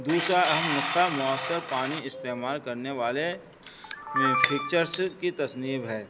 دوسرا اہم نقطہ مؤثر پانی استعمال کرنے والےفکسچرس کی تنصیب ہے